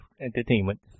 entertainment